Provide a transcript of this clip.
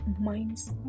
minds